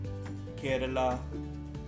Kerala